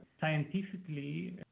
scientifically